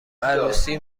عروسی